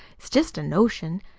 it's jest a notion.